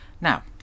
Now